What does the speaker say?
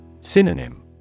Synonym